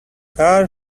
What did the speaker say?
car